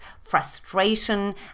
frustration